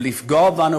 ולפגוע בנו,